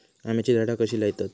आम्याची झाडा कशी लयतत?